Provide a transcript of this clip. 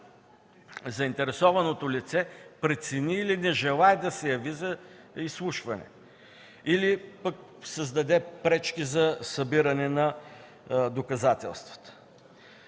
заинтересованото лице прецени или не желае да се яви за изслушване, или пък създаде пречки за събиране на доказателствата.